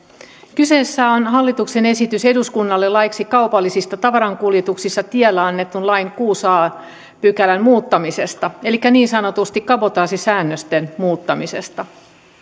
kyseessä on hallituksen esitys eduskunnalle laiksi kaupallisista tavarankuljetuksista tiellä annetun lain kuudennen a pykälän muuttamisesta elikkä niin sanotusti kabotaasisäännösten muuttamisesta